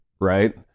right